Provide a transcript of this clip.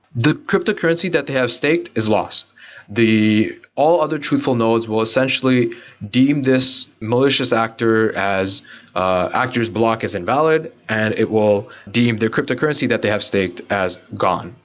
the cryptocurrency that they have staked is lost all other truthful nodes will essentially deem this malicious actor as actors block as invalid and it will deem their cryptocurrency that they have staked as gone.